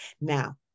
Now